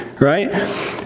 Right